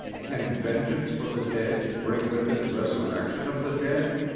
can vengeance for the dead bring with it resurrection of the dead?